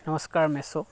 নমস্কাৰ মেছ'